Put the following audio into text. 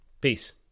peace